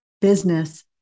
business